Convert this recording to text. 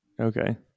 okay